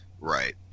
Right